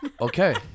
Okay